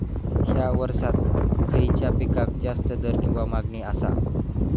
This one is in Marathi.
हया वर्सात खइच्या पिकाक जास्त दर किंवा मागणी आसा?